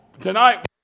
Tonight